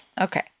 Okay